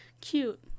Cute